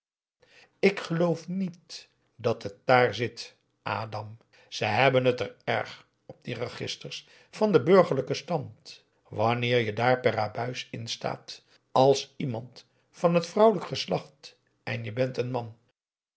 ik geloof niet dat het dààr zit a ze hebben het erg op die registers van den burgerlijken stand wanneer je daar per abuis in staat als iemand van het vrouwelijk geslacht en je bent een man